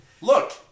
Look